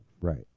right